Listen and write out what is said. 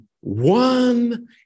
one